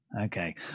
Okay